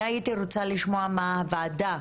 הייתי רוצה לשמוע מה הוועדה